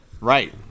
Right